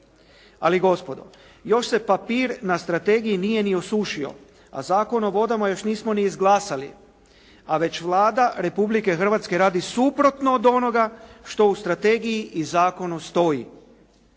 Ali gospodo, još se papir na strategiji nije ni osušio a Zakon o vodama još nismo ni izglasali a već Vlada Republike Hrvatske radi suprotno od onoga što u strategiji i zakonu stoji.